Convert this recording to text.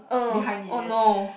oh oh no